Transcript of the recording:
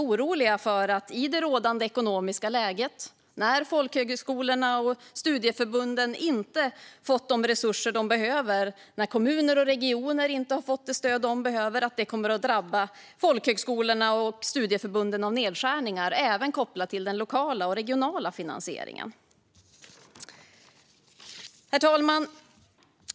När nu folkhögskolorna och studieförbunden inte har fått de resurser de behöver och när kommuner och regioner inte har fått det stöd de behöver är vi också oroliga över att folkhögskolorna och studieförbunden i det rådande ekonomiska läget kommer att drabbas av nedskärningar, även kopplat till den lokala och regionala finansieringen. Herr talman!